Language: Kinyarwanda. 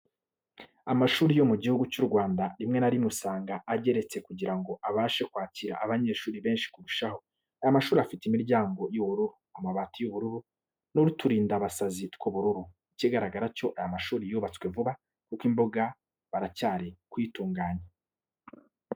Amashuri yo mu gihugu cy'u Rwanda, rimwe na rimwe usanga ageretse kugira ngo abashe kwakira abanyeshuri benshi kurushaho. Aya mashuri afite imiryango y'ubururu, amabati y'ubururu n'uturindabasazi tw'ubururu. Ikigaragara cyo aya mashuri yubatswe vuba kuko imbuga baracyari kuyitunganya.